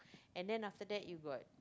and then after that you got